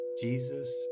Jesus